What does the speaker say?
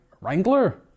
Wrangler